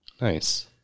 Nice